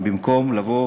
במקום לבוא